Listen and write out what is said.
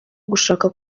gushaka